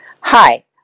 Hi